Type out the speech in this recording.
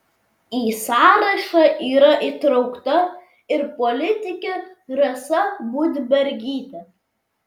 į sąrašą yra įtraukta ir politikė rasa budbergytė